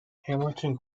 hamilton